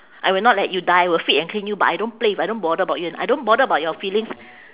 I will not let you die will feed and clean you but I don't play with I don't bother about you and I don't bother about your feelings